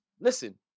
listen